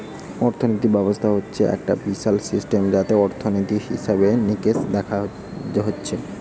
অর্থিনীতি ব্যবস্থা হচ্ছে একটা বিশাল সিস্টেম যাতে অর্থনীতি, হিসেবে নিকেশ দেখা হচ্ছে